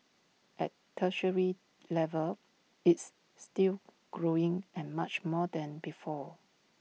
at tertiary level it's still growing and much more than before